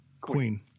Queen